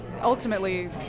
ultimately